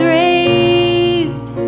raised